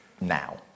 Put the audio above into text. now